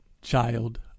Child